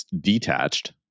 detached